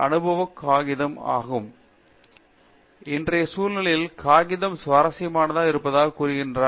பேராசிரியர் சத்யநாராயணன் என் கும்மாடி இன்றைய சூழ்நிலைக்கு காகிதம் சுவாரசியமானதாக இருப்பதாகக் கூறுகிறார்